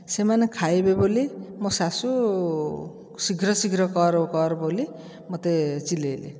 ସେମାନେ ଖାଇବେ ବୋଲି ମୋ ଶାଶୁ ଶୀଘ୍ର ଶୀଘ୍ର କର କର ବୋଲି ମୋତେ ଚିଲାଇଲେ